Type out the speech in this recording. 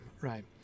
right